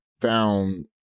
found